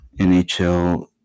NHL